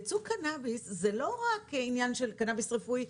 ייצוא קנביס זה לא רק עניין של קנביס רפואי,